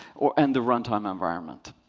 and the runtime environment.